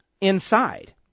inside